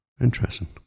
Interesting